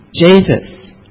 Jesus